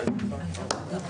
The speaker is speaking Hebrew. הישיבה